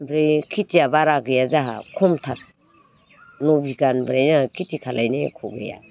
ओमफ्राय खेथिया बारा गैया जोंहा खमथार नह बिगानिफ्राय जोंहा खेथि खालायनो एख' गैया